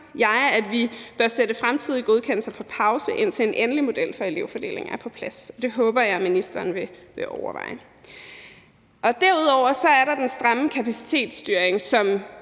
at vi bør sætte fremtidige godkendelser på pause, indtil en endelig model for elevfordeling er på plads. Det håber jeg ministeren vil overveje. Derudover er der den stramme kapacitetsstyring,